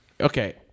Okay